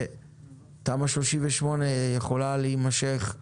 ותמ"א 38 יכולה להימשך,